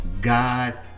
God